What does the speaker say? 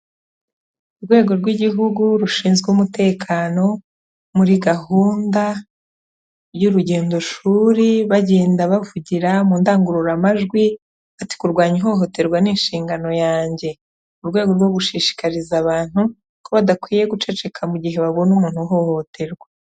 Urwego rw'igihugu rushinzwe umutekano, muri gahunda y'urugendo shuri, bagenda bavugira mu ndangururamajwi, bati kurwanya ihohoterwa ni inshingano yanjye. Mu rwego rwo gushishikariza abantu, ko badakwiye guceceka mu gihe babona umuntu uhohoterwa.